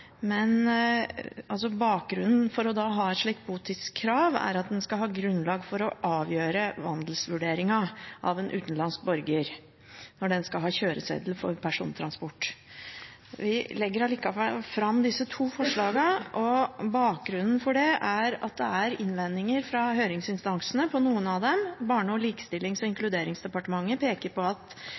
Bakgrunnen for å ha et slikt botidskrav er at en skal ha grunnlag for å avgjøre vandelsvurderingen av en utenlandsk borger når vedkommende skal ha kjøreseddel for persontransport. Vi legger allikevel fram disse to forslagene, og bakgrunnen for det er at det er innvendinger fra høringsinstansene på noen områder. Barne-, likestillings- og inkluderingsdepartementet peker på at